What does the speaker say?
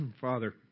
Father